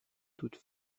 toute